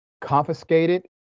confiscated